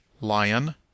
lion